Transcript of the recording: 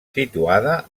situada